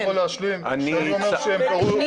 אני יכול להשלים --- אני --- אמיר,